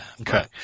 Okay